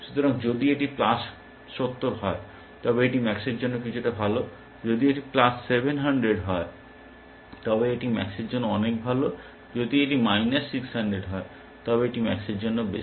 সুতরাং যদি এটি প্লাস সত্তর হয় তবে এটি ম্যাক্সের জন্য কিছুটা ভাল যদি এটি প্লাস 700 হয় তবে এটি ম্যাক্সের জন্য অনেক ভাল এবং যদি এটি মাইনাস 600 হয় তবে এটি ম্যাক্সের জন্য বেশ খারাপ